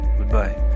Goodbye